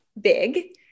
big